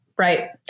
Right